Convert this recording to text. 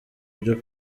byo